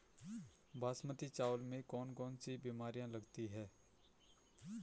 बासमती चावल में कौन कौन सी बीमारियां लगती हैं?